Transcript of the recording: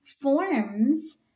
forms